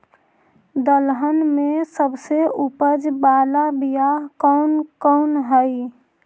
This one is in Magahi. दलहन में सबसे उपज बाला बियाह कौन कौन हइ?